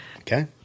Okay